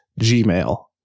gmail